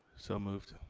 so moved.